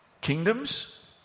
kingdoms